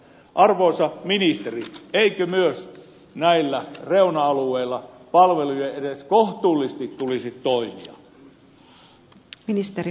arvoisa ministeri eikö myös näillä reuna alueilla palvelujen edes kohtuullisesti tulisi toimia